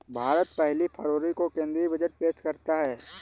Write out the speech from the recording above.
भारत पहली फरवरी को केंद्रीय बजट पेश करता है